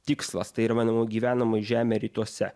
tikslas tai yra menama gyvenamoji žemė rytuose